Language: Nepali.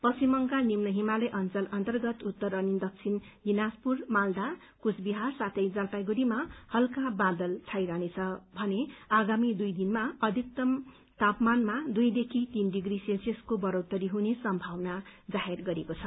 पश्चिम बंगाल निम्न हिमालय अन्यल अन्तर्गत उत्तर अनि दक्षिण दिनाजपुर मालदा कुचबिझर साथै जलपाइगढ़ीमा इल्का बादल छाइरहनेछ भने आगामी दुइ दिनमा अधिकतम तापमानमा दुइदेखि तीन डिप्री सेल्सियसको बढ़ोत्तरी हुने सम्मावना रहेको छ